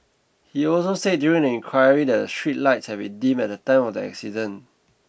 he also said during the inquiry that the street lights had been dim at the time of the accident